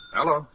Hello